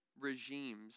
regimes